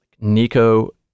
nico